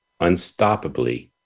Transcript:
unstoppably